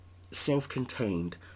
self-contained